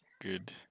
Good